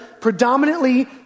predominantly